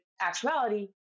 actuality